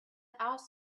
asked